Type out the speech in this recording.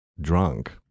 drunk